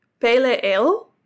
Pele'el